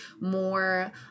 more